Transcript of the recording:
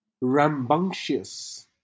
Rambunctious